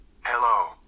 Hello